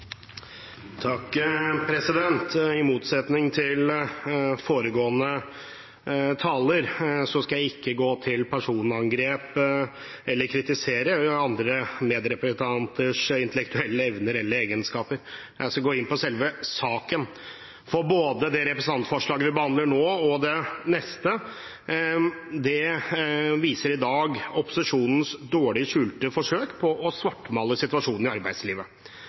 skal jeg ikke gå til personangrep eller kritisere andre medrepresentanters intellektuelle evner eller egenskaper. Jeg skal gå inn på selve saken, for representantforslaget vi behandler nå, og det neste, viser i dag opposisjonens dårlig skjulte forsøk på å svartmale situasjonen i arbeidslivet.